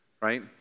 Right